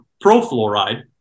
pro-fluoride